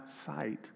sight